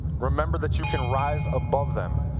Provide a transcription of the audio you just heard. remember that you can rise above them.